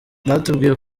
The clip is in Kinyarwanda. batubwiye